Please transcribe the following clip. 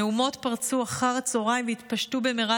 המהומות פרצו אחר הצוהריים והתפשטו במהרה